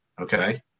okay